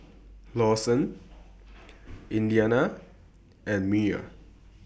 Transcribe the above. Lawson Indiana and Myer